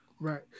Right